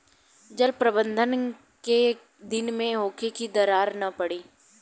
जल प्रबंधन केय दिन में होखे कि दरार न पड़ी?